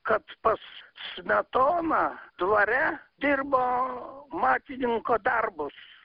kad pas smetoną dvare dirbo matininko darbus